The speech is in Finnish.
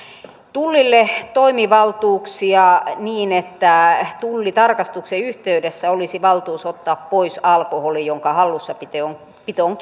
tullille toimivaltuuksia niin että tullitarkastuksen yhteydessä olisi valtuus ottaa pois alkoholi jonka hallussapito on